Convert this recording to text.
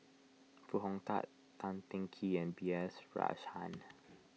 Foo Hong Tatt Tan Teng Kee and B S Rajhans